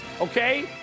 okay